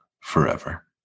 forever